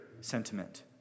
sentiment